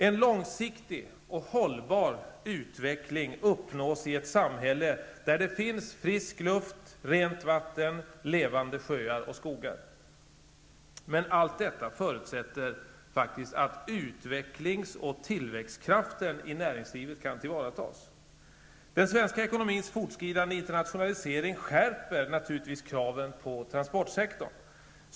En långsiktig och hållbar utveckling uppnås i ett samhälle med frisk luft, rent vatten, levande sjöar och skogar. Allt detta förutsätter att utvecklings och tillväxtkraften i näringslivet kan tillvaratas. Den svenska ekonomins fortskridande internationalisering skärper kraven på transportsektorn.